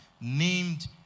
named